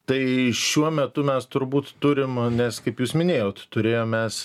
tai šiuo metu mes turbūt turim nes kaip jūs minėjot turėjom mes